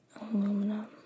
Aluminum